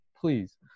Please